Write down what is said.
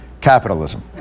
capitalism